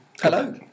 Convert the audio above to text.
Hello